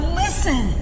listen